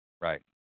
Right